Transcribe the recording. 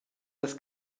las